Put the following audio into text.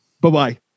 bye-bye